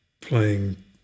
playing